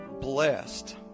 blessed